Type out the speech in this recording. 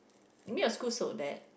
you mean your school sold that